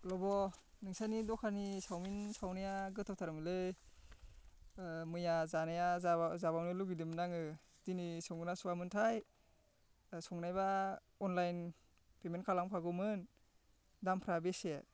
लब' नोंसोरनि दखाननि चाउमिन संनाया गोथावथारमोनलै मैया जानाया जाबावनो लुबैदोंमोन आङो दिनै संगोन ना सङामोनथाय संनायबा अनलाइन पेमेन्ट खालामखागौमोन दामफ्रा बेसे